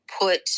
put